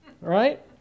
Right